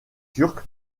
turc